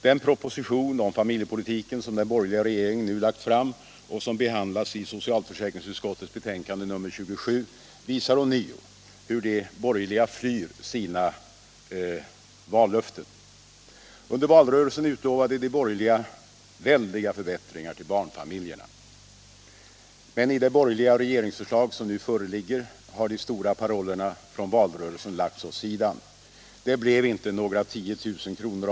Den proposition om familjepolitiken som den borgerliga regeringen nu lagt fram och som behandlas i socialförsäkringsutskottets betänkande nr 27 visar ånyo hur de borgerliga flyr sina vallöften. Under valrörelsen utlovade de borgerliga väldiga förbättringar till barnfamiljerna. Men i det borgerliga regeringsförslag som nu föreligger har de stora parollerna från valrörelsen lagts åt sidan. Det blev inte några 10 000 kr.